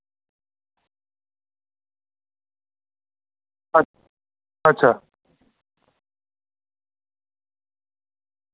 अ अच्छा